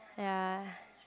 ya